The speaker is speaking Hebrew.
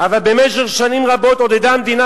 אבל במשך שנים רבות עודדה המדינה